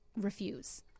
refuse